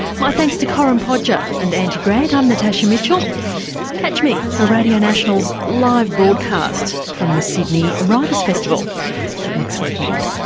my thanks to corinne podger and angie grant, i'm natasha mitchell catch me for radio national's live broadcast from the sydney writers' festival next weekend